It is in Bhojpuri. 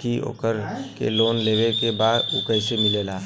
की ओकरा के लोन लेवे के बा ऊ कैसे मिलेला?